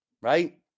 right